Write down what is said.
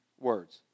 words